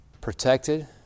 protected